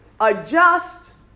Adjust